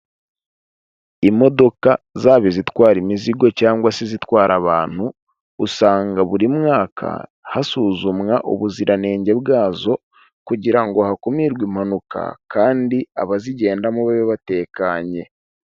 Imodoka zaba izitwara imizigo cyangwa se izitwara abantu, usanga buri mwaka hasuzumwa ubuziranenge bwazo kugira ngo hakumirwe impanuka kandi abazigendamo babe batekanye.